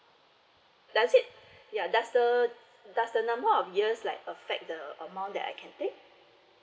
does it ya does the does the number of years like affect the amount that I can take